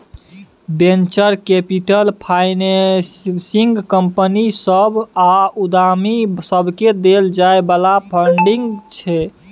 venture capital financing company सभ आ उद्यमी सबकेँ देल जाइ बला फंडिंग छै